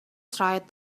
tried